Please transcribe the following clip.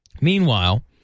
Meanwhile